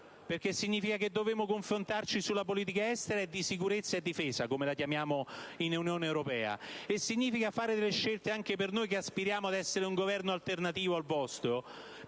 quanto significa che dovremo confrontarci sulla politica estera e di sicurezza e difesa, come la chiamiamo in Unione europea; significa fare scelte anche per noi che aspiriamo ad essere un Governo alternativo al vostro,